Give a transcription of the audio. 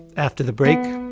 after the break,